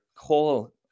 coal